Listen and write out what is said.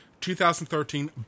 2013